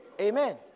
Amen